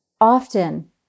often